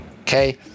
Okay